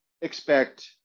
expect